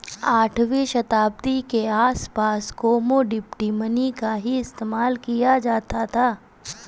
आठवीं शताब्दी के आसपास कोमोडिटी मनी का ही इस्तेमाल किया जाता था